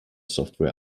software